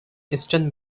eastern